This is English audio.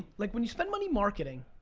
like when you spend money marketing,